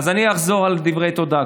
אז אני אחזור על דברי התודה.